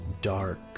dark